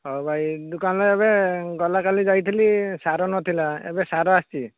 ହେଉ ଭାଇ ଦୋକାନରେ ଏବେ ଗଲା କାଲି ଯାଇଥିଲି ସାର ନଥିଲା ଏବେ ସାର ଆସିଛି